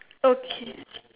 okay